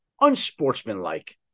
unsportsmanlike